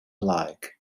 alike